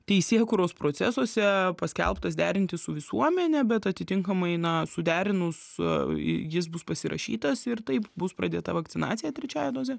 teisėkūros procesuose paskelbtas derinti su visuomene bet atitinkamai na suderinus jis bus pasirašytas ir taip bus pradėta vakcinacija trečiąja doze